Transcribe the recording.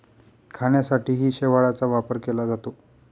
खाण्यासाठीही शेवाळाचा वापर केला जातो